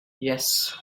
yes